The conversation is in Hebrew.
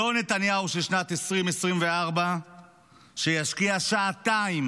ולא נתניהו של שנת 2024, שישקיע שעתיים